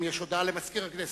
האם יש הודעה למזכיר הכנסת?